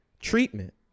treatment